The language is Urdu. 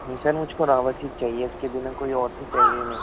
سر مجھ کو راوس ہی چاہیے اِس کے بنا کوئی اور سی چاہیے ہی نہیں